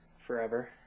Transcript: forever